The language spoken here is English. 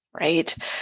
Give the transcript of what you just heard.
right